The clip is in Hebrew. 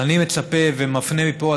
אז אני מצפה ומפנה מפה,